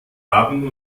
haben